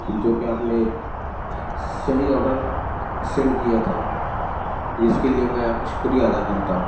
جوکہ آپ نے صحیح آرڈر سینڈ کیا تھا جس کے لیے میں آپ کو شکریہ ادا کرتا ہوں